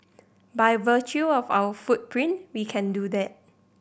by virtue of our footprint we can do that